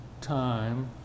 time